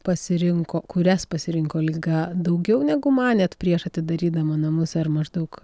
pasirinko kurias pasirinko liga daugiau negu manėt prieš atidarydama namus ar maždaug